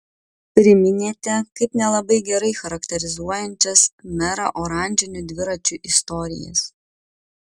priminėte kaip nelabai gerai charakterizuojančias merą oranžinių dviračių istorijas